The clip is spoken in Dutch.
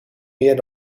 meer